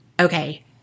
okay